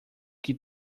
que